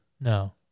no